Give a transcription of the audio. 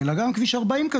אלא גם כביש 40,